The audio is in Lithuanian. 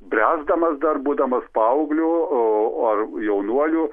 bręsdamas dar būdamas paaugliu o ar jaunuoliu